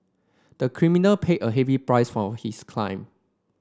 the criminal paid a heavy price for his crime